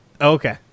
Okay